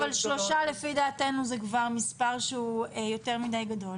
שלושה לפי דעתנו זה כבר מספר שהוא יותר מדי גבוה,